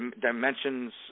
dimensions